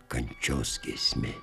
kančios giesmė